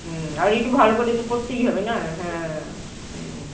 হুম আর একটু ভালো করে তো পড়তেই হবে না হ্যাঁ হুম